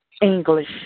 English